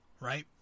right